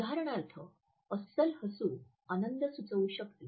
उदाहरणार्थ अस्सल हसू आनंद सुचवू शकते